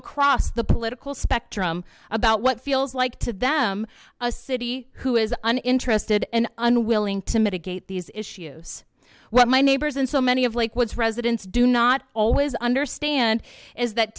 across the political spectrum about what feels like to them a city who is uninterested and unwilling to mitigate these issues what my neighbors and so many of lake woods residents do not always understand is that